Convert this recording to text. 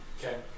Okay